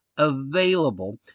Available